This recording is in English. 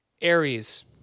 Aries